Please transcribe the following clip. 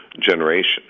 generation